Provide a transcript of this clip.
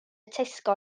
tesco